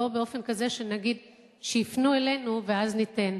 לא באופן כזה שנגיד: שיפנו אלינו ואז ניתן.